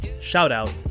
shout-out